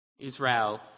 Israel